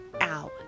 out